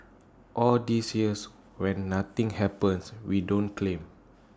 all these years when nothing happens we don't claim